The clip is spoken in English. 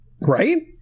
right